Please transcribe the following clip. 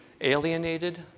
alienated